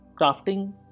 crafting